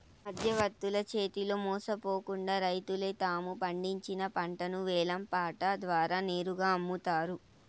మధ్యవర్తుల చేతిలో మోసపోకుండా రైతులే తాము పండించిన పంటను వేలం పాట ద్వారా నేరుగా అమ్ముతారు